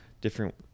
different